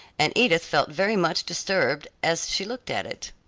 and edith felt very much disturbed as she looked at it.